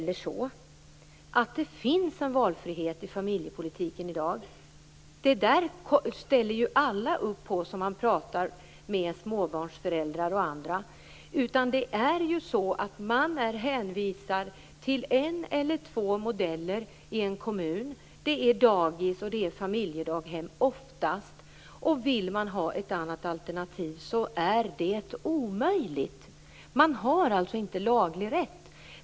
Det finns ju inte heller någon valfrihet i familjepolitiken i dag. Det ställer sig alla - småbarnsföräldrar och andra - bakom. Man är hänvisad till en eller två modeller i en kommun, oftast dagis och familjedaghem. Vill man ha ett annat alternativ är det omöjligt. Man har inte laglig rätt.